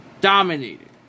Dominated